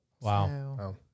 Wow